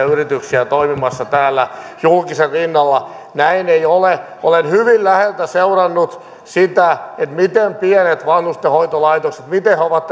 yrityksiä toimimassa täällä julkisen rinnalla näin ei ole olen hyvin läheltä seurannut sitä miten pienet vanhustenhoitolaitokset ovat